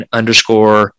underscore